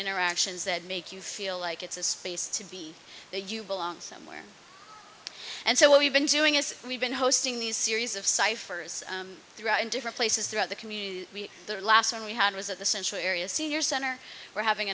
interactions that make you feel like it's a space to be there you belong somewhere and so what we've been doing is we've been hosting these series of ciphers throughout and different places throughout the community we the last one we had was at the central area senior center we're having